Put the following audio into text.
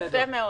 יפה מאוד.